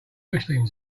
whistling